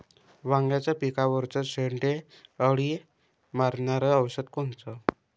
वांग्याच्या पिकावरचं शेंडे अळी मारनारं औषध कोनचं?